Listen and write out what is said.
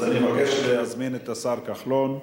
אז אני מבקש להזמין את השר כחלון.